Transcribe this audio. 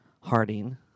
Harding